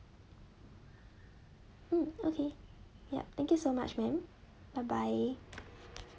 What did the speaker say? mm okay yup thank you so much ma'am bye bye